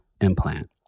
implant